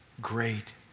Great